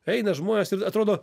eina žmonės ir atrodo